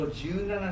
17